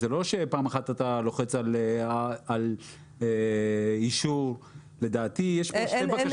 זה לא שפעם אחת אתה לוחץ על אישור אלא לדעתי יש כאן שתי בקשות.